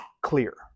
clear